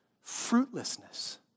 Fruitlessness